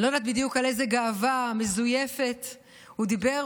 אני לא יודעת בדיוק על איזו גאווה מזויפת הוא דיבר,